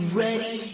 ready